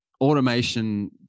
automation